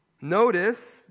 Notice